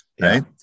Right